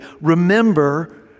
remember